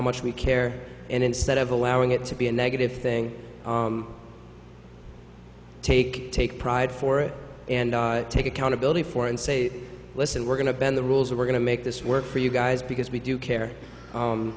much we care and instead of allowing it to be a negative thing take take pride for it and take accountability for and say listen we're going to bend the rules we're going to make this work for you guys because we do care